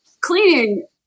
cleaning